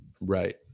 Right